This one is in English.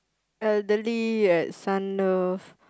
elderly at Sunlove